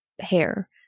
hair